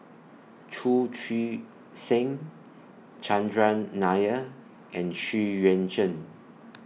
Chu Chee Seng Chandran Nair and Xu Yuan Zhen